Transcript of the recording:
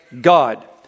God